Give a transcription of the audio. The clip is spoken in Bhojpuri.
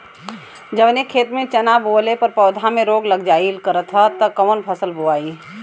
जवने खेत में चना बोअले पर पौधा में रोग लग जाईल करत ह त कवन फसल बोआई?